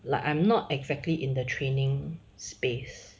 like I'm not exactly in the training space